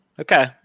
okay